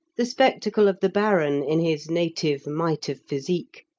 the spectacle of the baron in his native might of physique,